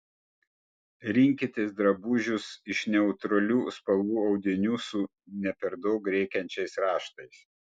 rinkitės drabužius iš neutralių spalvų audinių su ne per daug rėkiančiais raštais